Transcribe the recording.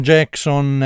Jackson